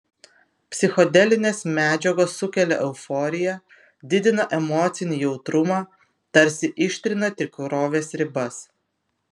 psichodelinės medžiagos sukelia euforiją didina emocinį jautrumą tarsi ištrina tikrovės ribas